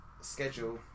schedule